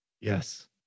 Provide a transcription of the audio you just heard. Yes